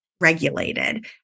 regulated